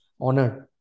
honored